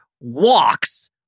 walks